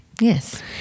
Yes